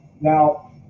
now